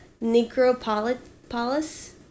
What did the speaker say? Necropolis